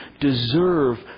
deserve